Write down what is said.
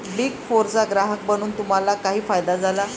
Big फोरचा ग्राहक बनून तुम्हाला काही फायदा झाला?